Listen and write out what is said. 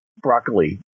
Broccoli